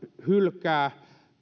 hylkää